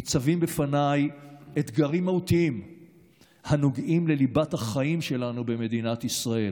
ניצבים בפניי אתגרים מהותיים הנוגעים לליבת החיים שלנו במדינת ישראל.